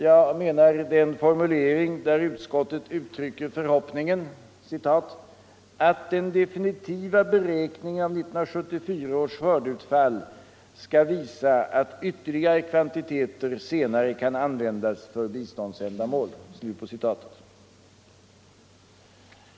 Jag avser den formulering där utskottet uttrycker förhoppningen ”att den definitiva beräkningen av 1974 års skördeutfall skall visa att ytterligare kvantiteter senare kan användas för biståndsändamål”.